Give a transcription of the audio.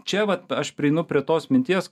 čia vat aš prieinu prie tos minties